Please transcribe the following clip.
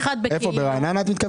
מתכוונת ברעננה?